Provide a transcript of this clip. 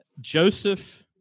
Joseph